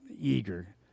eager